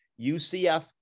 UCF